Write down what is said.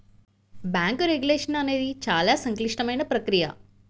bank regulation అనేది చాలా సంక్లిష్టమైన ప్రక్రియ